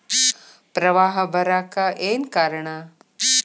ಪ್ರವಾಹ ಬರಾಕ್ ಏನ್ ಕಾರಣ?